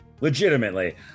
legitimately